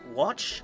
watch